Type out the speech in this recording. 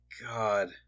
god